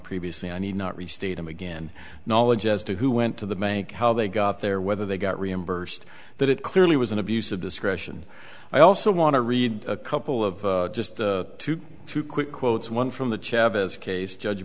previously i need not restate them again knowledge as to who went to the bank how they got there whether they got reimbursed that it clearly was an abuse of discretion i also want to read a couple of just two quick quotes one from the chavez case judge